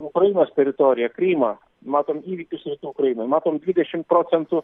ukrainos teritoriją krymą matom įvykius rytų ukrainoj matom dvidešim procentų